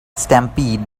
stampede